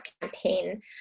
campaign